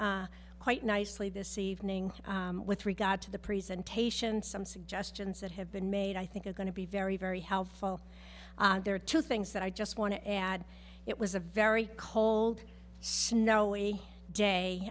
quite nicely this evening with regard to the presentation some suggestions that have been made i think is going to be very very helpful there are two things that i just want to add it was a very cold snowy day